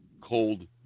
cold